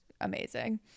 amazing